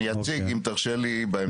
אני אציג, אם תרשה לי בהמשך.